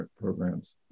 programs